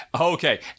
Okay